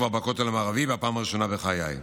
הייתי כבר בכותל המערבי בפעם הראשונה בחיי.